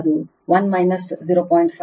5 j 0